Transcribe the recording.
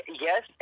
yes